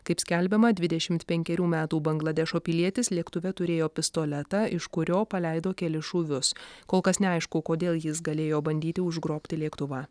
kaip skelbiama dvidešimt penkerių metų bangladešo pilietis lėktuve turėjo pistoletą iš kurio paleido kelis šūvius kol kas neaišku kodėl jis galėjo bandyti užgrobti lėktuvą